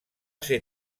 ser